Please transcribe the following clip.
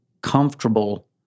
comfortable